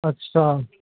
ਅੱਛਾ